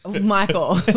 Michael